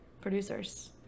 producers